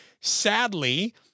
sadly